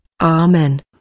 Amen